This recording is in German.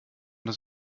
das